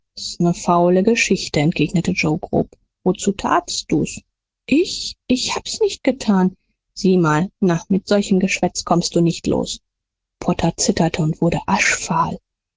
ne faule geschichte entgegnete joe grob wozu tatst du's ich ich hab's nicht getan sieh mal na mit solchem geschwätz kommst du nicht los potter zitterte und wurde aschfahl